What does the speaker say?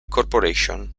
corporation